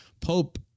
Pope